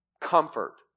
comfort